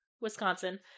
Wisconsin